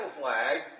flag